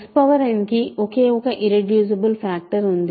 Xn కి ఒకే ఒక ఇర్రెడ్యూసిబుల్ ఫ్యాక్టర్ ఉంది